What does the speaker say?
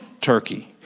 turkey